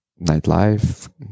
nightlife